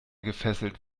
gefesselt